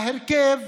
לדוגמה בהרכב,